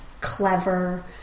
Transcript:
clever